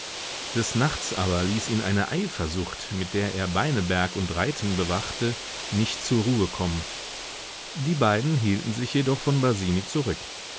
des nachts aber ließ ihn eine eifersucht mit der er beineberg und reiting bewachte nicht zur ruhe kommen die beiden hielten sich jedoch von basini zurück